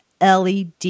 LED